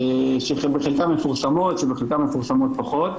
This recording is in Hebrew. שבחלקן מפורסמות ובחלקן מפורסמות פחות,